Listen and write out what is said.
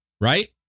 Right